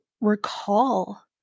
recall